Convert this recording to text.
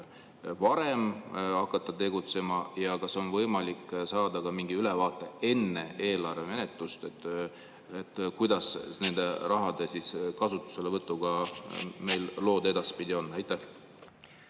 varem hakata tegutsema? Ja kas on võimalik saada ka mingi ülevaade – enne eelarvemenetlust –, kuidas selle raha kasutuselevõtuga meil edaspidi lood on? Aitäh!